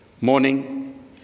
Morning